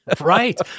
Right